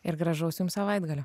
ir gražaus jum savaitgalio